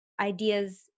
ideas